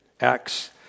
Acts